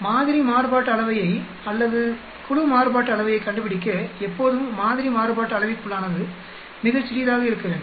மாதிரி மாறுபாட்டு அளவையை அல்லது குழு மாறுபாட்டு அளவையை கண்டுபிடிக்க எப்போதும் மாதிரி மாறுபாட்டு அளவைக்குள்ளானது மிகச் சிறியதாக இருக்க வேண்டும்